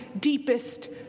deepest